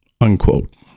unquote